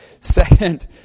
Second